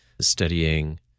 studying